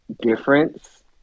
difference